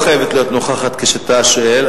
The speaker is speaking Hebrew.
הממשלה לא חייבת להיות נוכחת כשאתה שואל,